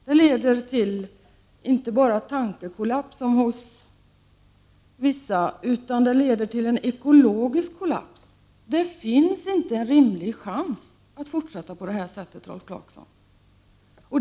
Det leder inte bara till tankekollaps, som hos vissa, utan också till en ekologisk kollaps. Det finns ingen rimlig chans att fortsätta på detta sätt, Rolf Clarkson.